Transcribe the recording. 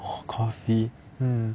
coffee